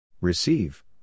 Receive